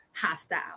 hostile